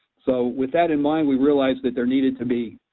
so with that in mind, we realized that there needed to be,